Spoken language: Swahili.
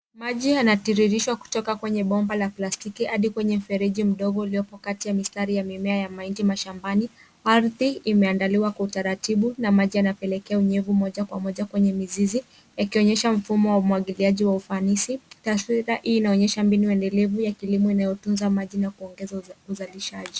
Maji yanatiririshwa kutoka kwenye bomba la plastiki hadi kwenye fereji mdogo iliyopo kati ya mistari ya mimea ya mahindi mashambani. Ardhi imeandaliwa kwa utaratibu na maji yanapelekea unyevu moja kwa moja kwenye mizizi, yakionyesha mfumo wa umwagiliaji wa ufanisi. Taswira hii inaonyesha mbinu endelevu ya kilimo inayotunza maji na kuongeza uzalishaji.